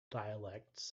dialects